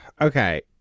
okay